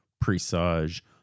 presage